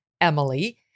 Emily